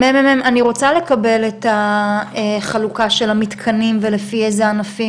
אני רוצה לקבל את החלוקה של המתקנים ולפי איזה ענפים,